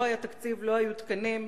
לא היה תקציב, לא היו תקנים.